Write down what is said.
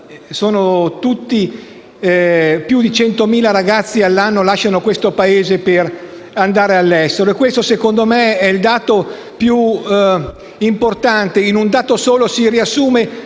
vedo che più di 100.000 ragazzi all'anno lasciano questo Paese per andare all'estero. Questo secondo me è il dato più importante. In un dato solo si riassume